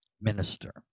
minister